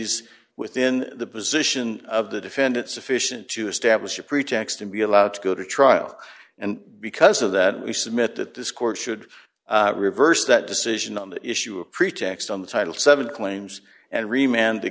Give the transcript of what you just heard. consistencies within the position of the defendant sufficient to establish a pretext to be allowed to go to trial and because of that we submit that this court should reverse that decision on that issue a pretext on the title seven claims and